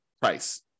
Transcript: price